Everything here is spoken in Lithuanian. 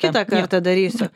kitą kartą darysiu